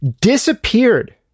disappeared